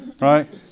right